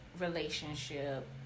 relationship